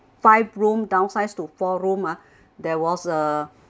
five room downsize to four room ah there was a